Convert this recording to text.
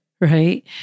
Right